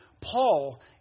Paul